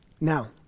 Now